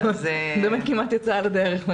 באמת כמעט יצא על הדרך.